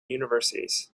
universities